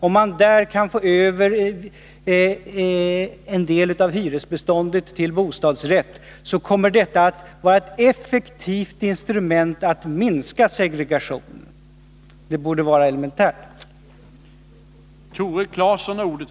Om man där kan få över en del av hyresbeståndet till bostadsrätter, kommer detta att vara ett effektivt instrument att minska segregationen. Det borde vara elementärt.